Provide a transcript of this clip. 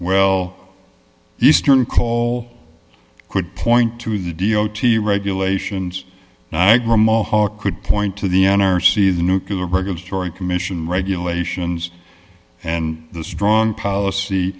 well eastern call could point to the d o t regulations and i agree mohawk could point to the n r c the nuclear regulatory commission regulations and the strong policy